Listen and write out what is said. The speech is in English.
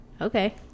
okay